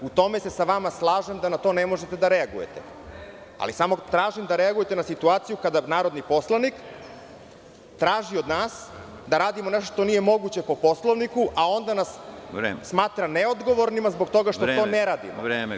U tome se sa vama slažem, da na to ne možete da reagujete, ali samo tražim da reagujete na situaciju kada narodni poslanik traži od nas da radimo nešto što nije moguće po Poslovniku, a onda nas smatra neodgovornima zbog toga što to ne radimo.